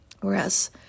Whereas